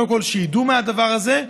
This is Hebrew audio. קודם כול שידעו מהדבר הזה.